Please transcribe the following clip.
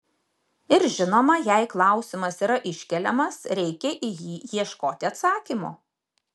ir žinoma jei klausimas yra iškeliamas reikia į jį ieškoti atsakymo